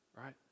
right